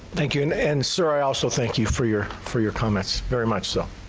thank you, and and sir, i also thank you for your for your comments, very much so.